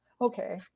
Okay